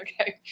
okay